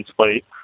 plate